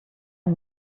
ein